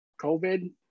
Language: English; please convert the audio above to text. COVID